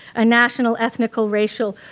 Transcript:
a national, ethnical, racial,